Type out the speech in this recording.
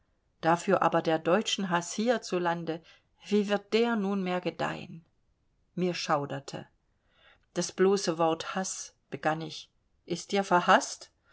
dafür aber der deutschenhaß hier zu lande wie wird der nunmehr gedeihen mir schauderte das bloße wort haß begann ich ist dir verhaßt